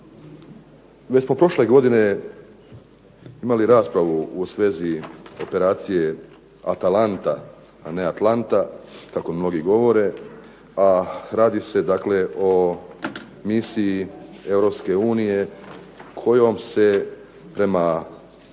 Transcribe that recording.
Već smo prošle godine imali raspravu u svezi operacije Atalanta, a ne Atlanta kako mnogi govore, a radi se dakle o misiji Europske